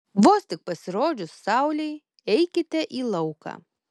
vos tik pasirodžius saulei eikite į lauką